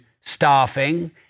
staffing